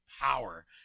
power